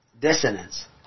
dissonance